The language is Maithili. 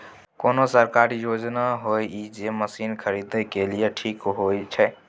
कोन सरकारी योजना होय इ जे मसीन खरीदे के लिए ठीक होय छै?